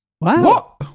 wow